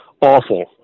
awful